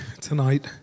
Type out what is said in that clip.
tonight